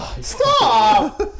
stop